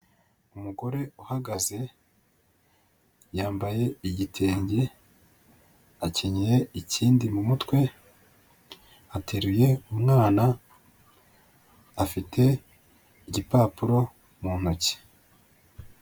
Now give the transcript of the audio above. Umugore uhagaze, yambaye igitenge, akenyeye ikindi mu mutwe, ateruye umwana, afite igipapuro mu ntoki.